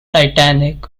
titanic